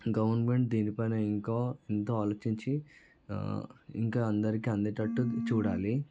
government దీనిపైన ఇంకో ఎంతో ఆలోచించి ఇంకా అందరికీ అందేటట్టు చూడాలి